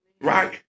right